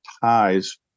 ties